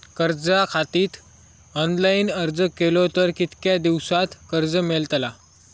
कर्जा खातीत ऑनलाईन अर्ज केलो तर कितक्या दिवसात कर्ज मेलतला?